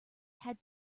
had